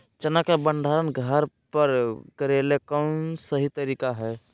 चना के भंडारण घर पर करेले कौन सही तरीका है?